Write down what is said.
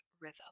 rhythm